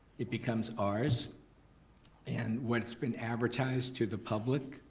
it becomes ours and what's been advertised to the public,